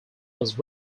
was